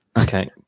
Okay